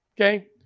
okay